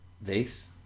Vase